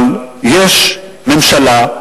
אבל יש ממשלה,